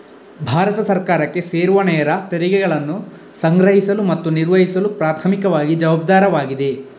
ಭಾರತ ಸರ್ಕಾರಕ್ಕೆ ಸೇರುವನೇರ ತೆರಿಗೆಗಳನ್ನು ಸಂಗ್ರಹಿಸಲು ಮತ್ತು ನಿರ್ವಹಿಸಲು ಪ್ರಾಥಮಿಕವಾಗಿ ಜವಾಬ್ದಾರವಾಗಿದೆ